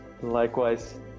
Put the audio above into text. Likewise